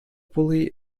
bully